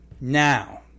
Now